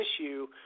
issue